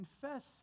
confess